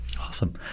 Awesome